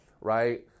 Right